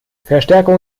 verstärkung